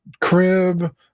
crib